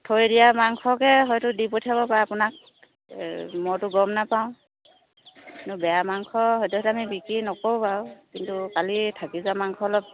থৈ দিয়া মাংসকে হয়তো দি পঠিয়াব পাৰে আপোনাক মইতো গ'ম নাপাওঁ কিন্তু বেয়া মাংস সদ্য়হতে আমি বিক্ৰী নকৰোঁ বাৰু কিন্তু কালি থাকি যোৱা মাংস অলপ